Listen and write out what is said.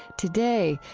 today,